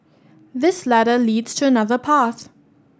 this ladder leads to another path